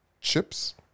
chips